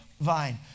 vine